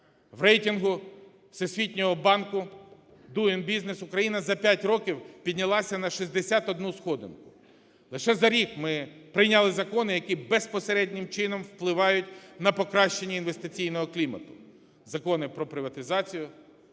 В рейтингу Всесвітнього банку Doing Business Україна за 5 років піднялася на 61 сходинку. Лише за рік ми прийняли закони, які безпосереднім чином впливають на покращення інвестиційного клімату: закони про приватизацію,